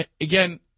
Again